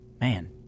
Man